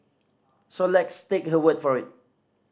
so let's take her word for it